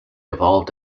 evolved